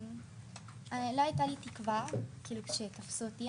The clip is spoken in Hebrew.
לא הייתה לי תקווה כשתפסו אותי,